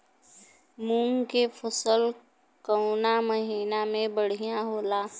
मुँग के फसल कउना महिना में बढ़ियां होला?